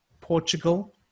Portugal